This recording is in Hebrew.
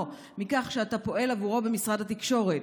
מכך שאתה פועל עבורו במשרד התקשורת,